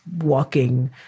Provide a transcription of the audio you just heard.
walking